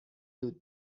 دود